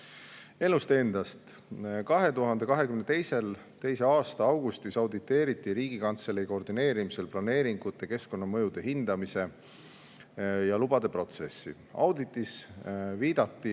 Elust endast. 2022. aasta augustis auditeeriti Riigikantselei koordineerimisel planeeringute, keskkonnamõjude hindamise ja lubade protsessi. Auditis viidati,